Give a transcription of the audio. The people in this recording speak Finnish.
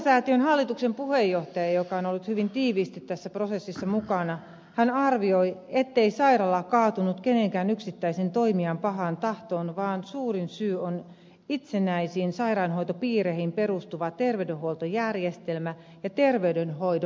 reumasäätiön hallituksen puheenjohtaja joka on ollut hyvin tiiviisti tässä prosessissa mukana arvioi ettei sairaala kaatunut kenenkään yksittäisen toimijan pahaan tahtoon vaan suurin syy on itsenäisiin sairaanhoitopiireihin perustuva terveydenhuoltojärjestelmä ja terveydenhoidon lainsäädäntö